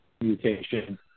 mutation